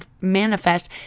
manifest